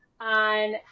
on